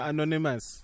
Anonymous